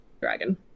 dragon